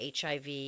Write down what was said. HIV